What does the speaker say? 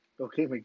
Okay